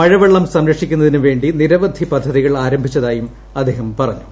മഴവെള്ളം സംരക്ഷിക്കുന്നതിന് വേണ്ടി നിരവധി പദ്ധതികൾ ആരംഭിച്ചതായും അദ്ദേഹം പറഞ്ഞു